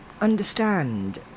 understand